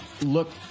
look